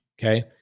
okay